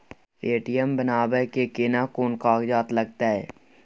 ATM बनाबै मे केना कोन कागजात लागतै?